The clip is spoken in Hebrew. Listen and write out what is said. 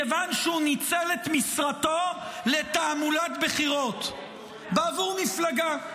מכיוון שהוא ניצל את משרתו לתעמולת בחירות בעבור מפלגה.